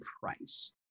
price